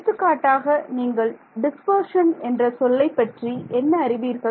எடுத்துக்காட்டாக நீங்கள் டிஸ்பர்ஷன் என்ற சொல்லைப் பற்றி என்ன அறிவீர்கள்